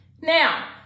now